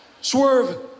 Swerve